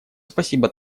спасибо